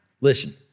listen